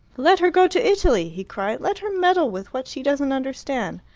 let her go to italy! he cried. let her meddle with what she doesn't understand!